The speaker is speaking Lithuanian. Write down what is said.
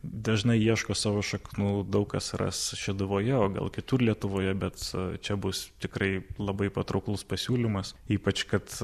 dažnai ieško savo šaknų daug kas ras šeduvoje o gal kitur lietuvoje bet čia bus tikrai labai patrauklus pasiūlymas ypač kad